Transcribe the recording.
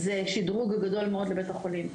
זה שדרוג גדול מאוד לבית החולים.